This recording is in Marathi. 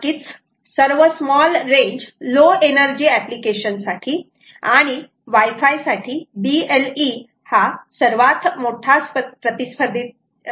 नक्कीच सर्व small range low energy application साठी आणि वाय फाय साठी BLE हा सर्वात मोठा प्रतिस्पर्धी ठरेल